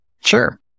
Sure